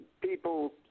people